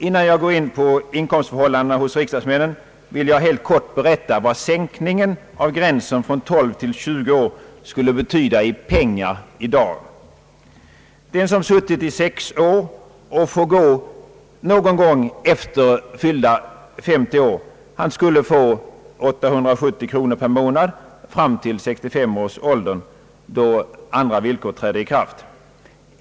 Innan jag går in på inkomstförhållandena hos riksdagsmännen vill jag helt kort berätta, vad sänkningen av gränsen från 12 till 20 år skulle betyda i pengar i dag. Den som suttit i riksdagen i sex år och får gå någon gång efter fyllda 50 år skulle få 870 kronor per månad fram till 65 års ålder, då andra villkor träder i kraft.